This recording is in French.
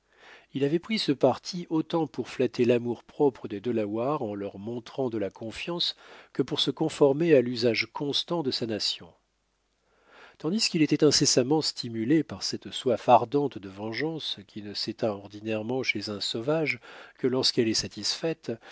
il avait pris ce parti autant pour flatter l'amour-propre des delawares en leur montrant de la confiance que pour se conformer à l'usage constant de sa nation tandis qu'il était incessamment stimulé par cette soif ardente de vengeance qui ne s'éteint ordinairement chez un sauvage que lorsqu'elle est satisfaite